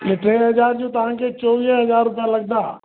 टे हज़ार जूं तव्हांखे चोवीह हज़ार रुपिया लगंदा